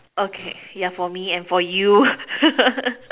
okay yeah for me and for you